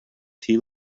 tea